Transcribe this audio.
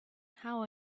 how